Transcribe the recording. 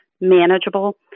manageable